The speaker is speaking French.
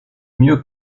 mieux